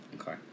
Okay